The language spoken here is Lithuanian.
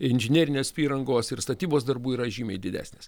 inžinerinės įrangos ir statybos darbų yra žymiai didesnės